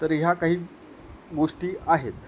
तर ह्या काही गोष्टी आहेत